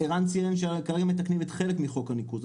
ערן ציין שכרגע מתקנים חלק מחוק הניקוז.